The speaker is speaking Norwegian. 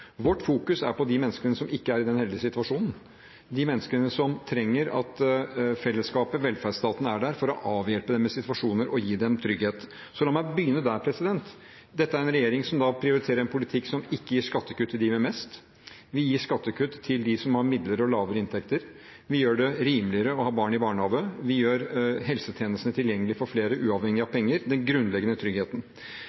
Vårt fokus er på de menneskene som ikke er i den heldige situasjonen, de menneskene som trenger at fellesskapet og velferdsstaten er der for å avhjelpe denne situasjonen og gi dem trygghet. La meg begynne der: Dette er en regjering som prioriterer en politikk som ikke gir skattekutt til dem med mest. Vi gir skattekutt til dem som har midlere og lavere inntekter. Vi gjør det rimeligere å ha barn i barnehage, og vi gjør helsetjenestene tilgjengelig for flere, uavhengig av